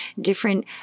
different